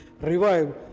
revive